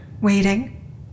waiting